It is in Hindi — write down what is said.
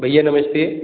भइया नमस्ते